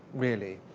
really,